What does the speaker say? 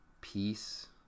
Peace